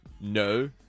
No